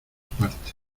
partes